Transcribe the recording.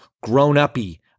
grown-uppy